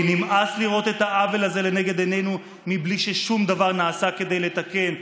כי נמאס לראות את העוול הזה לנגד עינינו בלי שדבר נעשה כדי לתקן.